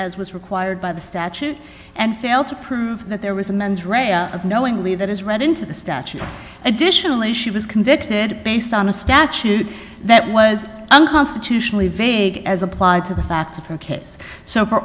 as was required by the statute and fail to prove that there was a mens rea of knowingly that is read into the statute additionally she was convicted based on a statute that was unconstitutionally vague as applied to the facts from case so for